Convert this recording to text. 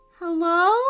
Hello